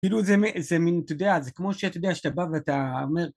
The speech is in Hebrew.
כאילו זה מן... אתה יודע זה כמו שאתה יודע שאתה בא ואתה אומר